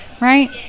Right